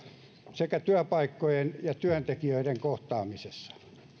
sekä työpaikkojen ja työntekijöiden kohtaamisessa